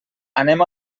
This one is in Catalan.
anem